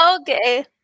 Okay